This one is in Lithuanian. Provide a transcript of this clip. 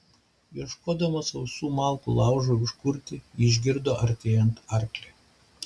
ieškodama sausų malkų laužui užkurti ji išgirdo artėjant arklį